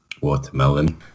Watermelon